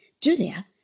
Julia